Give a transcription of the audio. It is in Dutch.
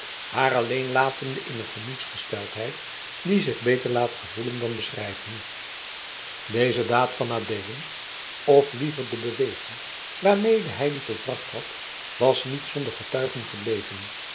haar alleen latende in een gemoedsgesteldheid die zich beter laat gevoelen dan beschrijven deze daad van adeelen of liever de beweging waarmede hij die volbracht had was niet zonder getuigen gebleven